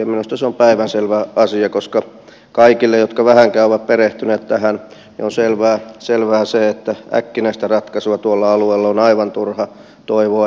minusta se on päivänselvä asia koska kaikille jotka vähänkään ovat perehtyneet tähän on selvää se että äkkinäistä ratkaisua tuolla alueella on aivan turha toivoa